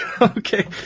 Okay